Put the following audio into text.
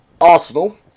Arsenal